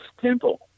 temple